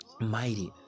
mighty